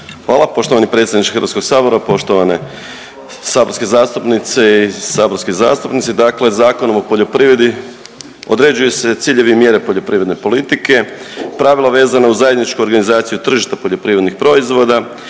Hvala poštovani predsjedniče HS, poštovane saborske zastupnice i saborski zastupnici. Dakle Zakonom o poljoprivredi određuju se ciljevi i mjere poljoprivredne politike, pravila vezana uz zajedničku organizaciju tržišta poljoprivrednih proizvoda,